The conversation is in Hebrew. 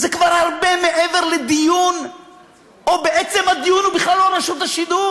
זה כבר הרבה מעבר לדיון או בעצם הדיון הוא בכלל לא על רשות השידור,